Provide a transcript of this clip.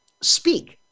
speak